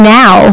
now